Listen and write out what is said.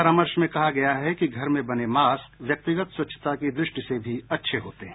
परामर्श में कहा गया है कि घर में बने मास्क व्यक्तिगत स्वच्छता की दृष्टि से भी अच्छे होते हैं